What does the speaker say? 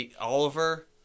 Oliver